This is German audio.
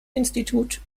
institut